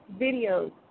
videos